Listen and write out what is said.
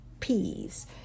peas